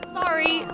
sorry